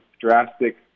drastic